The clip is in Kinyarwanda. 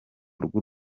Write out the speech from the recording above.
rw’u